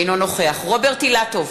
אינו נוכח רוברט אילטוב,